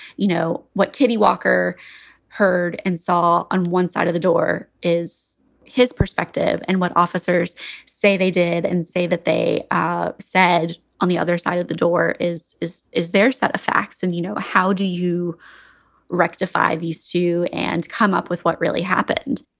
you know, what kitty walker heard and saw on one side of the door is his perspective and what officers say they did and say that they ah said on the other side of the door is is is their set of facts. and, you know, how do you rectify these two and come up with what really happened?